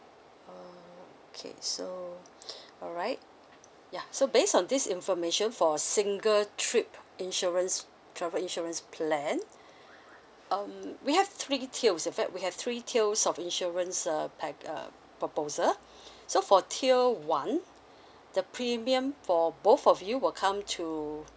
okay so alright ya so based on this information for single trip insurance travel insurance plan um we have three tiers in fact we have three tiers of insurance uh pac~ uh proposal so for tier one the premium for both of you will come to